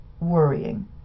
worrying